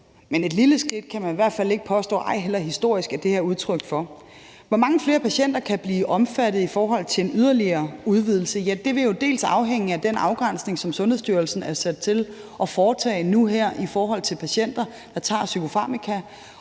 Men et lille skridt kan man i hvert fald ikke påstå at det her er udtryk for, ej heller i historisk perspektiv. Hvor mange flere patienter der kan blive omfattet i forhold til en yderligere udvidelse, vil jo til dels afhænge af den afgrænsning, som Sundhedsstyrelsen er sat til at foretage nu her i forhold til patienter, der tager psykofarmaka,